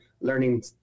learning